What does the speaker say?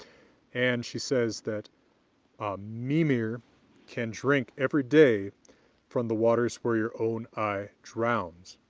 and she says that mimir can drink every day from the waters where your own eye drowns